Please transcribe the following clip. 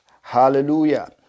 Hallelujah